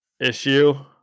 issue